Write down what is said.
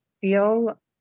feel